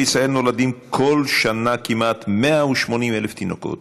בישראל נולדים בכל שנה כמעט 180,000 תינוקות.